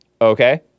Okay